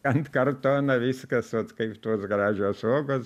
ant kartono viskas vat kaip tos gražios uogos